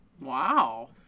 wow